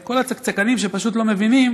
וכל הצקצקנים שפשוט לא מבינים